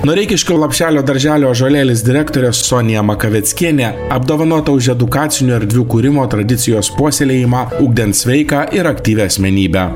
noreikiškių lopšelio darželio ąžuolėlis direktorė sonia makaveckienė apdovanota už edukacinių erdvių kūrimo tradicijos puoselėjimą ugdant sveiką ir aktyvią asmenybę